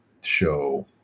show